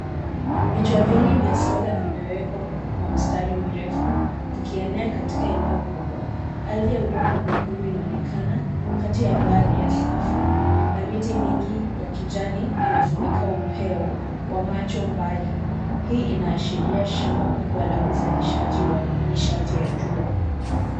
Vichwa vingi vya sola vimewekwa kwa mistari mirefu vikienea katika eneo kubwa. Ardhi ya udongo mwekundu inaonekana kati ya baadhi ya safu na miti mingi ya kijani inafunika upeo wa macho mbali. Hii inaashiria shamba kubwa la uzalishaji wa nishati ya jua.